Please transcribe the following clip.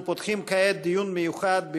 אנחנו פותחים כעת דיון מיוחד,